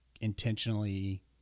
intentionally